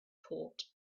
port